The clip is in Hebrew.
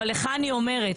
אבל לך אני אומרת,